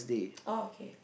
oh okay